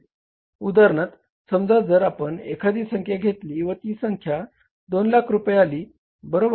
उदाहरणार्थ समजा जर आपंण एखादी संख्या घेतली व ती संख्या 200000 रुपये आली बरोबर